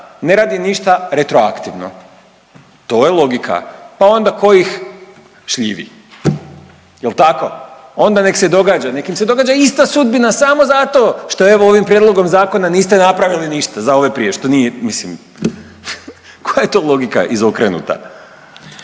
ne radi ništa retroaktivno. To je logika. Pa onda ko ih šljivi. Jel tako? Onda nek se događa nek im se događa ista sudbina samo zato što evo ovim prijedlogom zakona niste napravili ništa za ove prije što nije. Mislim koja je to logika izokrenuta?